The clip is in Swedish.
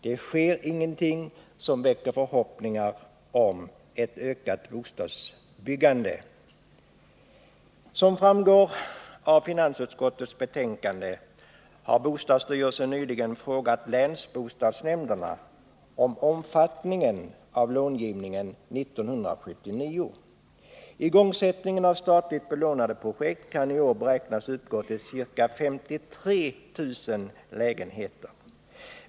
Det sker ingenting som väcker förhoppningar om ett ökat bostadsbyggande. Som framgår av finansutskottets betänkande har bostadsstyrelsen nyligen frågat länsbostadsnämnderna om omfattningen av långivningen 1979. Igångsättningen av statligt belånade projekt kan i år beräknas uppgå till ca 53 000 lägenheter.